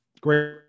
Great